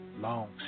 long